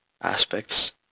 aspects